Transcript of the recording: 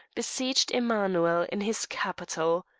besieged emanuel in his capital.